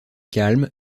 calme